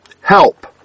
help